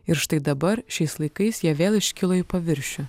ir štai dabar šiais laikais jie vėl iškilo į paviršių